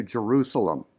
Jerusalem